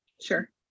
Sure